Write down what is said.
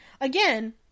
again